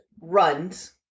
runs